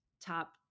top